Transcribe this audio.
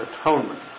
atonement